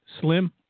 slim